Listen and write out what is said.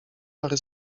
pary